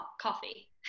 Coffee